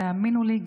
והאמינו לי,